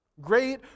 Great